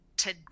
today